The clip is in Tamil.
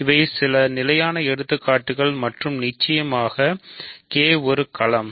இவை சில நிலையான எடுத்துக்காட்டுகள் மற்றும் நிச்சயமாக K ஒரு களம்